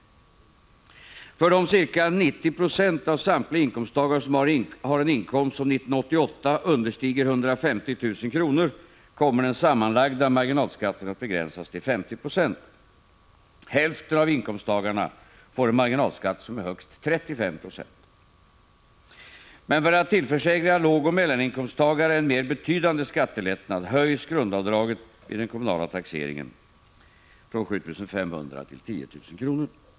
För de ca 90 &£ av samtliga inkomsttagare som har en inkomst som 1988 understiger 150 000 kr. kommer den sammanlagda marginalskatten att begränsas till 50 Ze. Hälften av inkomsttagarna får en marginalskatt som är högst 35 9. Men för att tillförsäkra lågoch mellaninkomsttagare en mer betydande skattelättnad höjs grundavdraget vid den kommunala taxeringen från 7 500 till 10 000 kr.